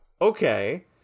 okay